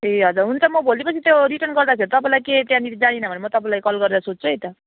ए हजुर हुन्छ म भोलि पर्सि त्यो रिटर्न गर्दाखेरि तपाईँलाई के त्यहाँनिर जानिन भने म तपाईँलाई कल गरेर सोध्छु है त